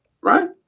Right